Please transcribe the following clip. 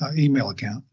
email account,